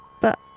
But